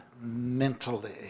mentally